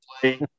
play